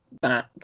back